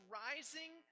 rising